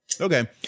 Okay